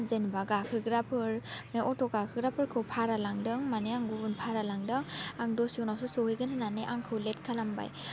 जेनेबा गाखोग्राफोर बे अट' गाखोग्राफोरखौ भारा लांदों माने आं गुबुन भारा लांदों आं दसे उनावसो सौहैगोन होननानै आंखौ लेट खालामबाय